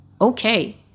Okay